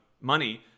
money